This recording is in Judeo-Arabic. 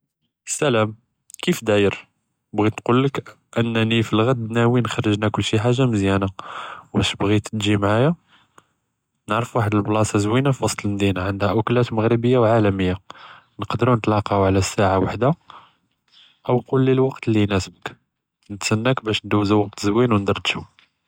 סלאם, כיף דאיר, בעית נגולכ אנני פאלגש נאווי נצא נאכל שׁי חאג׳ה מזיאנה, ואש בג׳ית תּג׳י מעאיה? נארף וחד אלבלאסה זוינה פוסט אלמדינה, אנחהה אקלות מג׳ריביה ועאלמיה, נקדארו נתלאקאו עלא אסעה ואחדה או תגולי אלוואקט אללי يناסבכ, נסתנאק באש נעדוזו וקט זוין ונדרדשו.